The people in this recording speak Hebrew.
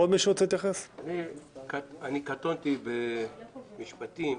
אני קטונתי בכל מה שקשור במשפטים,